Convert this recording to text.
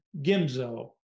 Gimzo